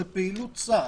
זה פעילות צה"ל,